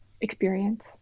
experience